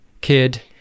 kid